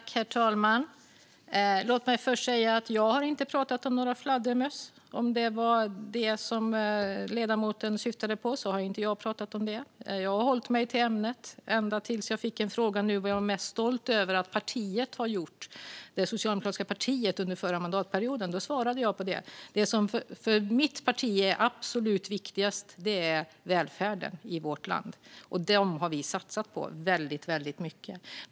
Herr talman! Låt mig först säga att jag inte har pratat om några fladdermöss. Jag vet inte vad ledamoten syftade på, men jag har inte pratat om det. Jag har hållit mig till ämnet ända till nyss, då jag fick frågan vad jag är mest stolt över att det socialdemokratiska partiet gjorde under den förra mandatperioden. Jag svarade på frågan. Det som är absolut viktigast för mitt parti är välfärden i vårt land, och den har vi satsat väldigt mycket på.